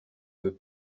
veut